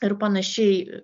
ir panašiai